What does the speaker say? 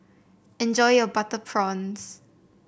enjoy your Butter Prawns